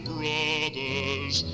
Brothers